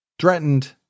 threatened